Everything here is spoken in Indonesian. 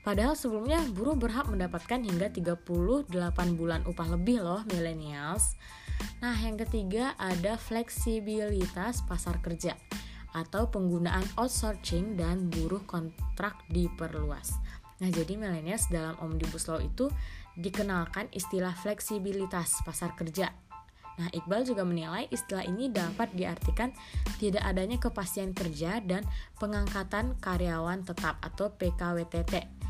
Padahal sebelumnya buruh berhak mendapatkan hingga 38 bulan upah lebih loh, millennials. Nah, yang ketiga ada fleksibilitas pasar kerja atau penggunaan outsourcing dan buruh kontrak diperluas. Nah, jadi millennials dalam omnibus law itu dikenalkan istilah fleksibilitas pasar kerja. Nah, Iqbal juga menilai istilah ini dapat diartikan tidak adanya kepastian kerja dan pengangkatan karyawan tetap atau PKWTT.